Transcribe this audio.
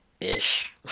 Ish